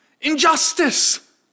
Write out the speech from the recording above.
Injustice